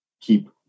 keep